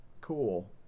cool